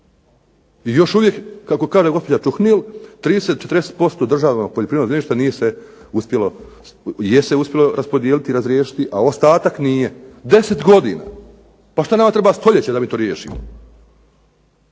i još uvijek kako kaže gospođa Čuhnil 30, 40% državnog poljoprivrednog zemljišta nije se uspjelo, je se uspjelo raspodijeliti, razriješiti a ostatak nije. 10 godina? Pa što nama treba stoljeće da mi to riješimo?